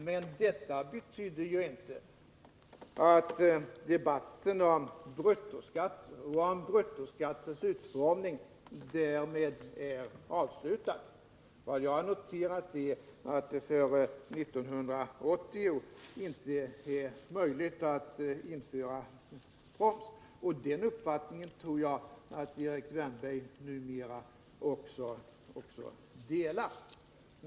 Men det betyder inte att debatten om bruttoskatten och dess utformning är avslutad. Jag har alltså noterat att det inte är möjligt att införa en proms fr.o.m. år 1980. Den uppfattningen tror jag att Erik Wärnberg numera också delar.